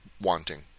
wanting